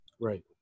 Right